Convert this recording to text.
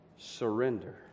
Surrender